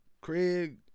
Craig